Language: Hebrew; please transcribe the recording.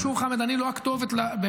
אני רק אומר, שוב, חמד, אני לא הכתובת, באמת.